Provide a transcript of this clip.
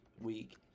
week